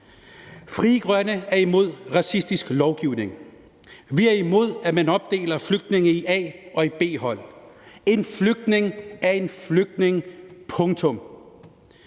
Frie Grønne er imod racistisk lovgivning. Vi er imod, at man opdeler flygtninge i A- og B-hold. En flygtning er en flygtning – punktum.